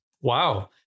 Wow